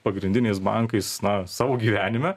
pagrindiniais bankais na savo gyvenime